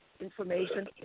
information